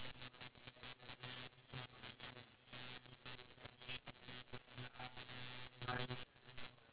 and I just feel unfair because the younger generation have to